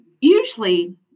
usually